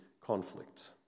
conflict